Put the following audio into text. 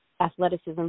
athleticism